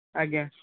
ଆଜ୍ଞା